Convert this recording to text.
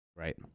Right